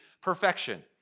perfection